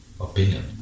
Opinion